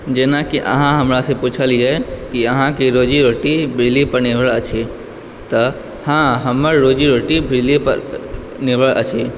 जेनाकि अहाँ हमरा से पुछलियै कि अहाँके रोजी रोटी बिजली पर निर्भर अछि तऽ हँ हमर रोजी रोटी बिजली पर निर्भर अछि